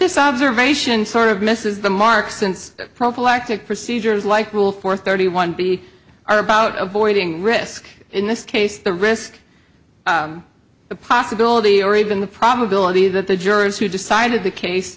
this observation sort of misses the mark since prophylactic procedures like rule for thirty one b are about avoiding risk in this case the risk the possibility or even the probability that the jurors who decided the case